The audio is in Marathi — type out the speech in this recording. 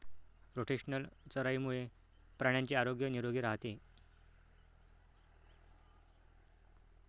रोटेशनल चराईमुळे प्राण्यांचे आरोग्य निरोगी राहते